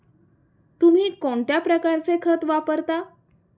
तुम्ही कोणत्या प्रकारचे खत वापरता?